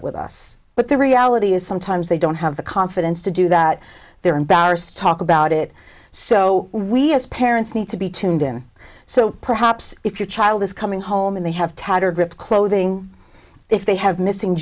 it with us but the reality is sometimes they don't have the confidence to do that they're embarrassed to talk about it so we as parents need to be tuned in so perhaps if your child is coming home and they have tattered ripped clothing if they have missing